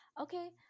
okay